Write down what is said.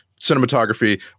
cinematography